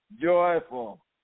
joyful